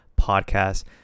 podcast